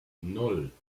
nan